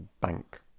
bank